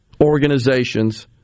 organizations